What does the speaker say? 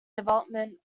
development